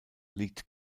liegt